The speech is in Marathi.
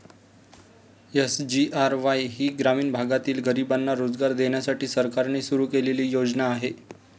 एस.जी.आर.वाई ही ग्रामीण भागातील गरिबांना रोजगार देण्यासाठी सरकारने सुरू केलेली योजना आहे